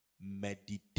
meditate